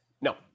No